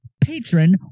patron